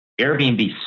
Airbnb